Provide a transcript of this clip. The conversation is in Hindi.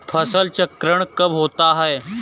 फसल चक्रण कब होता है?